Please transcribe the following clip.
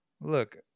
Look